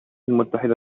المتحدة